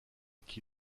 qui